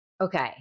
Okay